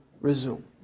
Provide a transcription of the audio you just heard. resume